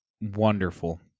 wonderful